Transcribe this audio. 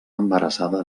embarassada